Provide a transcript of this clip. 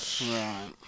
Right